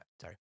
sorry